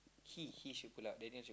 he he should pull out Daniel should